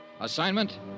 Assignment